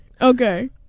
Okay